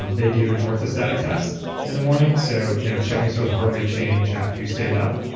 um they do an orthostatic test in the morning. so you know checking sort of the heart rate change after you stand up,